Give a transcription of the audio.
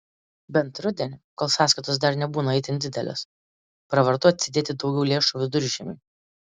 bent rudenį kol sąskaitos dar nebūna itin didelės pravartu atsidėti daugiau lėšų viduržiemiui